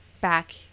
back